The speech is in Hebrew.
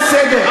אין להם סדר.